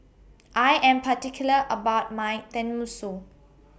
I Am particular about My Tenmusu